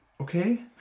okay